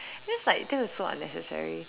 then I was like that is so unnecessary